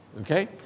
Okay